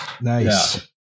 nice